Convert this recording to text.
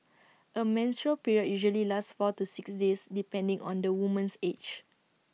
A menstrual period usually lasts four to six days depending on the woman's age